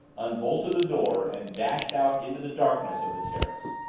unbolted the door and dashed out into the darkness of the terrace.